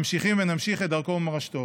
ממשיכים ונמשיך את דרכו ומורשתו.